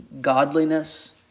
godliness